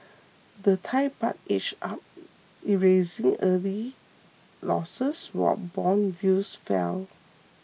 the Thai Baht edged up erasing early losses while bond yields fell